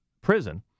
prison